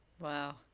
Wow